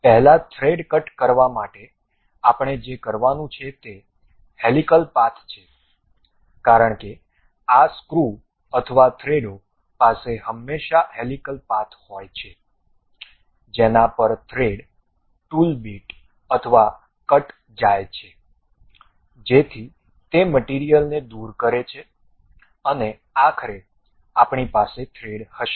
પહેલા thread cut કરવા માટે આપણે જે કરવાનું છે તે હેલીકલ પાથ છે કારણ કે આ સ્ક્રૂ અથવા થ્રેડો પાસે હંમેશા હેલીકલ પાથ હોય છે જેના પર થ્રેડ ટૂલ બીટ અથવા કટ જાય છે જેથી તે મટીરીયલને દૂર કરે અને આખરે આપણી પાસે થ્રેડ હશે